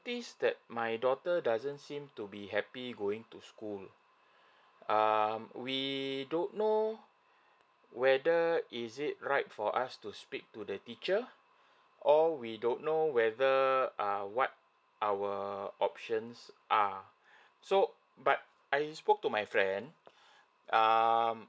notice that my daughter doesn't seem to be happy going to school mm we don't know whether is it right for us to speak to the teacher or we don't know whether err what our options are so but I spoke to my friend um